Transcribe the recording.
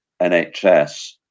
NHS